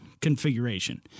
configuration